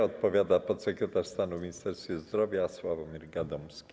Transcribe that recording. Odpowiada podsekretarz stanu w Ministerstwie Zdrowia Sławomir Gadomski.